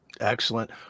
Excellent